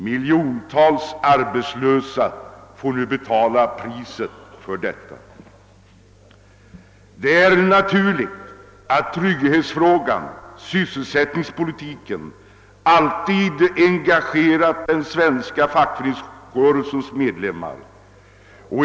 Miljontals arbetslösa får nu betala priset för detta. Det är naturligt att trygghetsfrågan och sysselsättningspolitiken alltid engagerat den svenska fackföreningsrörelsens medlemmar.